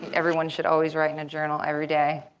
everyone should always write in a journal every day.